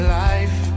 life